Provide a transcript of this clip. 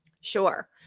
Sure